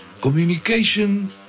Communication